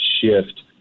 shift